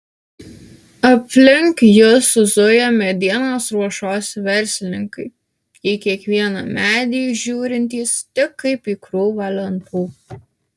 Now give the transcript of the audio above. aplink juos zuja medienos ruošos verslininkai į kiekvieną medį žiūrintys tik kaip į krūvą lentų